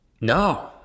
No